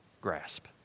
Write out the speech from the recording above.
grasp